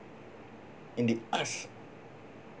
in the arts